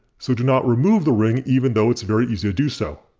so do not remove the ring even though it's very easy to do so.